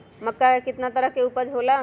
मक्का के कितना तरह के उपज हो ला?